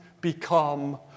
become